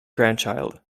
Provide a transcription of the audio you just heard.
grandchild